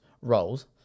roles